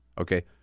okay